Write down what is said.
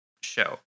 show